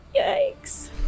Yikes